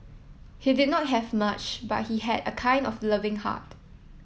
he did not have much but he had a kind of loving heart